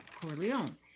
Corleone